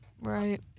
Right